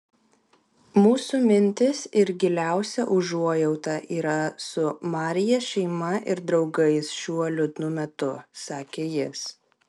mūsų mintys ir giliausia užuojauta yra su maryje šeima ir draugais šiuo liūdnu metu sakė jis